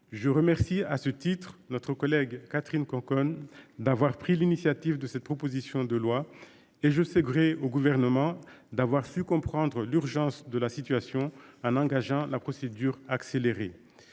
Je remercie à ce titre, notre collègue Catherine Conconne d'avoir pris l'initiative de cette proposition de loi et je sais gré au gouvernement d'avoir su comprendre l'urgence de la situation en engageant la procédure accélérée.